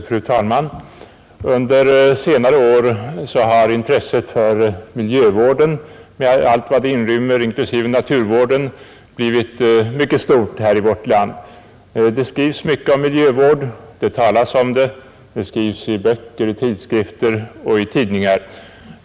Fru talman! Under senare år har intresset för miljövården — med allt vad den inrymmer, inklusive naturvården — blivit mycket stort här i vårt land. Det skrivs och talas mycket om miljövård — det skrivs i böcker, tidskrifter och tidningar.